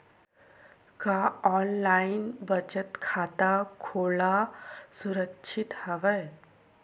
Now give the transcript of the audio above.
का ऑनलाइन बचत खाता खोला सुरक्षित हवय?